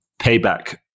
payback